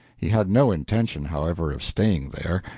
he had no intention, however, of staying there.